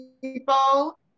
people